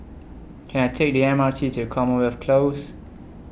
Can I Take The M R T to Commonwealth Close